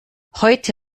heute